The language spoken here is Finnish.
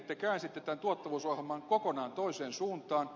te käänsitte tämän tuottavuusohjelman kokonaan toiseen suuntaan